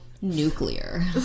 nuclear